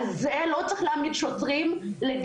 על זה לא צריך להעמיד שוטרים לדין?